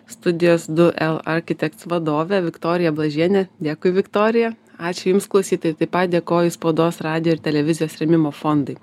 studijos du l architects vadove viktorija blažienėe dėkui viktorija ačiū jums klausytojai taip pat dėkoju spaudos radijo ir televizijos rėmimo fondui